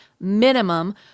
minimum